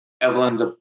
Evelyn's